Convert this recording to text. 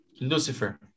Lucifer